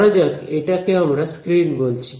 ধরা যাক এটাকে আমরা স্ক্রিন বলছি